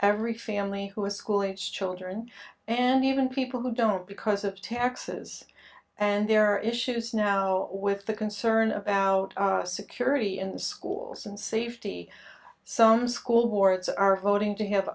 every family who has school age children and even people who don't because of taxes and there are issues now with the concern about security in schools and safety some school boards are voting to have